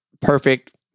perfect